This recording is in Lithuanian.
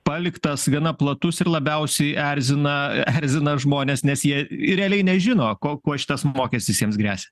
paliktas gana platus ir labiausiai erzina erzina žmones nes jie ir realiai nežino kuo kuo šitas mokestis jiems gresia